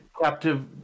captive